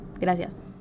Gracias